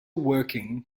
working